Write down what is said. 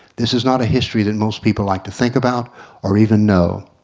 this is not a history than most people like to think about or even know.